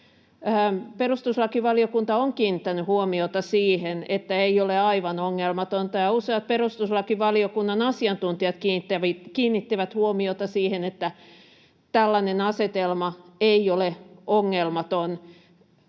Perustuslakivaliokunta on kiinnittänyt huomiota siihen, että tämä ei ole aivan ongelmatonta — ja useat perustuslakivaliokunnan asiantuntijat kiinnittivät huomiota siihen, että tällainen asetelma ei ole ongelmaton